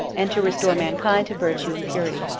and to restore mankind to virtue and purity.